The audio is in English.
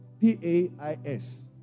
P-A-I-S